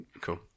Cool